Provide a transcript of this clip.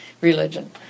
religion